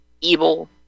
evil